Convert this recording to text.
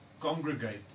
congregate